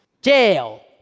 jail